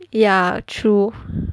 ya true